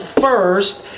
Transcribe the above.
first